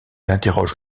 interroge